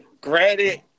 granted